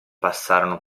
passarono